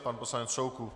Pan poslanec Soukup.